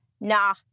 nah